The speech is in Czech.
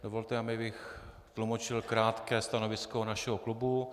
Dovolte mi, abych tlumočil krátké stanovisko našeho klubu.